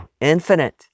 infinite